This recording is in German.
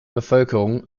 bevölkerung